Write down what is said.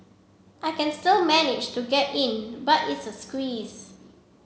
I can still manage to get in but it's a squeeze